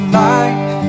life